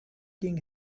king